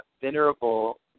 Venerable